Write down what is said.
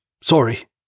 Sorry